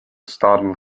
startled